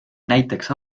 näiteks